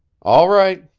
all right.